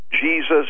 Jesus